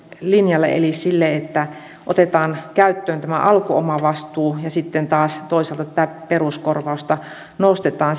linjalle eli sille että otetaan käyttöön tämä alkuomavastuu ja sitten taas toisaalta tätä peruskorvausta nostetaan